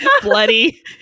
bloody